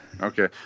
Okay